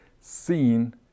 seen